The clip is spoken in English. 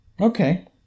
okay